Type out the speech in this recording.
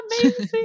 Amazing